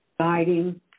guiding